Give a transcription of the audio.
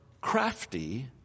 crafty